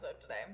today